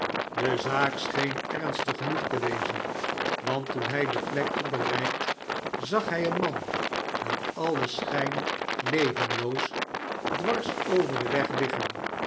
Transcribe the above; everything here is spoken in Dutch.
de zaak scheen ernstig genoeg te tvezen want toen hij de plek had bereikt zag hij een man naar a en schijn levenloos dwars over den weg liggen